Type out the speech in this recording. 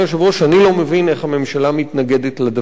שאני לא מבין איך הממשלה מתנגדת לדבר הזה.